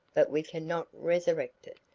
but we can not resurrect it.